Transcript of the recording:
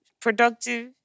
Productive